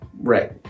right